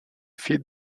feed